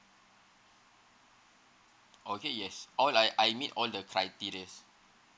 okay yes all I I need all the criteria